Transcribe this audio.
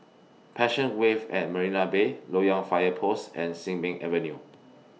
Passion Wave At Marina Bay Loyang Fire Post and Sin Ming Avenue